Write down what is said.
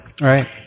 Right